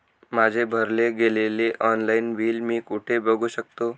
माझे भरले गेलेले ऑनलाईन बिल मी कुठे बघू शकतो?